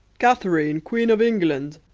katherine queene of england,